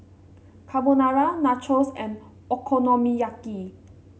Carbonara Nachos and Okonomiyaki